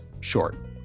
short